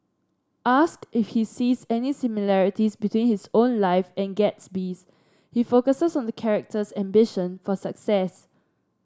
ask if he sees any similarities between his own life and Gatsby's he focuses on the character's ambition for success